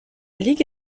ligue